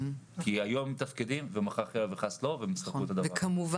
כי היום הם מתפקדים ומחר חלילה וחס לא והם יצטרכו את הדבר הזה.